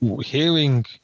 hearing